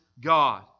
God